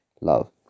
love